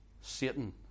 Satan